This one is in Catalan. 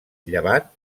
llevat